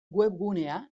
webgunea